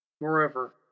Moreover